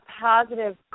positive